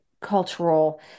cultural